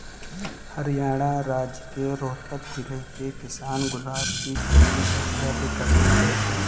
हरियाणा राज्य के रोहतक जिले के किसान गुलाब की खेती सबसे अधिक करते हैं